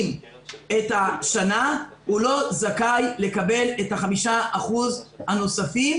את השנה הוא לא זכאי לקבל את ה-5% הנוספים,